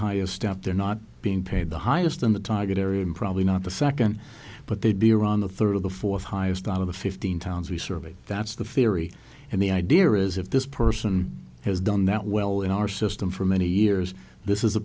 higher step they're not being paid the highest in the target area and probably not the second but they'd be around the third of the fourth highest out of the fifteen towns we surveyed that's the theory and the idea is if this person has done that well in our system for many years this is